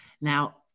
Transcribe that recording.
Now